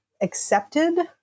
accepted